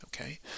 okay